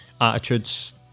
attitudes